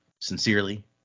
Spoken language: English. sincerely